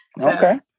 Okay